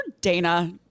dana